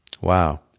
Wow